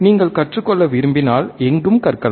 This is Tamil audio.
நீங்கள் கற்றுக்கொள்ள விரும்பினால் எங்கும் கற்கலாம்